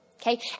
Okay